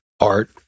art